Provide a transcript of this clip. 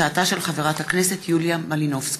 תודה.